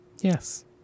Yes